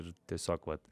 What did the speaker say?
ir tiesiog vat